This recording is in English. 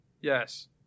Yes